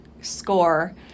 Score